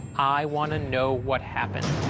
i wanna know what happened.